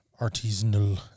artisanal